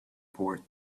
port